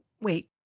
wait